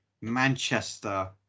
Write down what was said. Manchester